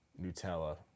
Nutella